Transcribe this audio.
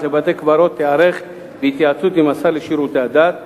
בתי-קברות תיערך בהתייעצות עם השר לשירותי הדת,